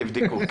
תבדקו.